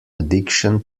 addiction